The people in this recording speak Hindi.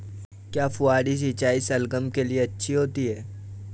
क्या फुहारी सिंचाई शलगम के लिए अच्छी होती है?